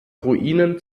ruinen